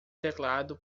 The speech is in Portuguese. teclado